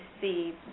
see